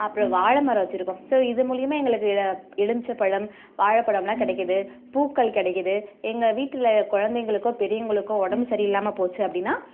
அப்புறம் வாழை மரம் வச்சுருக்கோம் ஸோ இது மூலிமா எங்களுக்கு எலுமிச்சைப்பழம் வாழைப்பழமெலாம் கிடைக்கிது பூக்கள் கிடைக்குது எங்கள் வீட்டில் குழந்தைங்களுக்கோ பெரியவர்களுக்கோ உடம்பு சரி இல்லாமல் போச்சு அப்படின்னா